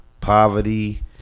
poverty